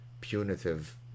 punitive